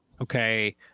Okay